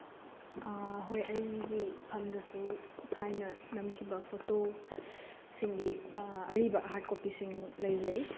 ꯍꯣꯏ ꯑꯩꯒꯤ ꯏꯐꯝꯗꯁꯨ ꯊꯥꯏꯅ ꯅꯝꯈꯤꯕ ꯐꯣꯇꯣꯁꯤꯡꯒꯤ ꯑꯔꯤꯕ ꯍꯥꯔꯠ ꯀꯣꯄꯤꯁꯤꯡ ꯂꯩꯖꯩ